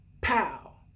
Pow